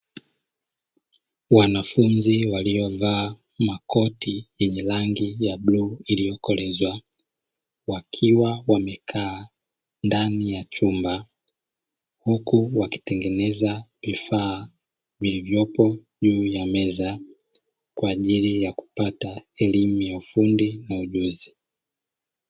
Wanafunzi waliovaa makoti yenye rangi ya bluu iliyokolezwa wakiwa wamekaa ndani ya chumba, huku wakitengeneza vifaa vilivyopo juu ya meza kwa ajili ya kupata elimu ya ufundi na ujuzi.